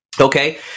Okay